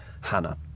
Hannah